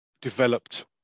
developed